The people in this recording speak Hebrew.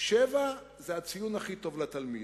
7 זה הציון הכי טוב לתלמיד,